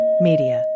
Media